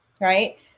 right